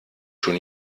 schon